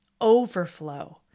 overflow